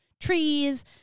trees